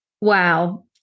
Wow